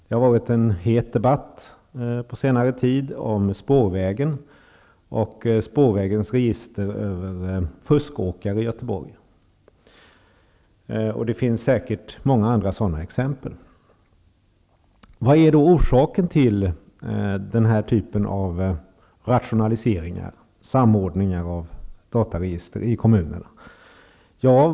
På senare tid har det varit en het debatt om spårvägen och deras register över fuskåkare i Göteborg. Det finns säkert många andra sådana exempel. Vad är då orsaken till den här typen av rationaliseringar och samordningar av dataregister i kommunerna?